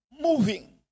moving